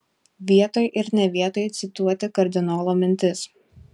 vietoj ir ne vietoj cituoti kardinolo mintis